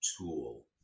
tool